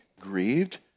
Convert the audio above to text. grieved